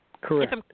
Correct